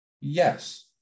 Yes